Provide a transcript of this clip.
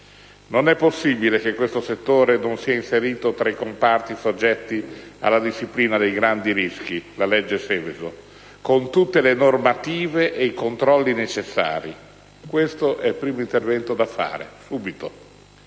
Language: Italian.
Non è possibile che questo settore non sia inserito tra i comparti soggetti alla disciplina dei grandi rischi (la cosiddetta direttiva Seveso), con tutte le normative e i controlli necessari. Questo, dunque, è il primo intervento da fare, subito.